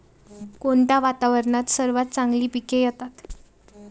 कोणत्या वातावरणात सर्वात चांगली पिके येतात?